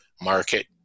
market